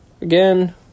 again